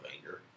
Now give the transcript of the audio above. anger